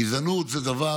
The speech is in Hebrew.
גזענות זה דבר